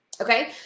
Okay